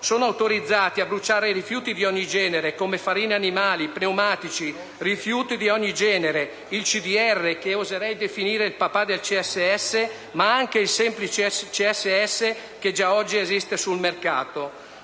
sono autorizzati a bruciare rifiuti di ogni genere come farine animali, pneumatici, il CDR, che oserei definire il papà del CSS, ma anche il semplice CSS che già oggi esiste sul mercato.